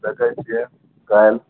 देखै छियै काल्हि